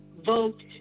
vote